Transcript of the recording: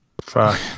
Fuck